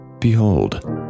Behold